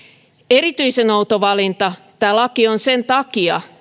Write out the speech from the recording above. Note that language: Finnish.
erityisen outo valinta tämä laki on sen takia